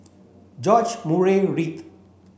George Murray Reith